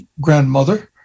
grandmother